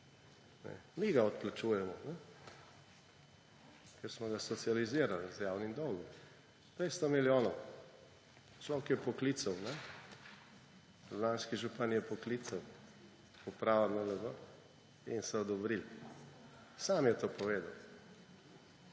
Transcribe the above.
Mi ga odplačujemo, ker smo ga socializirali z javnim dolgom. 200 milijonov. Človek je poklical, ljubljanski župan je poklical upravo NLB in so odobrili. Sam je to povedal.